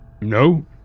No